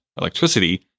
electricity